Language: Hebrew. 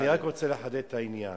אני רק רוצה לחדד את העניין.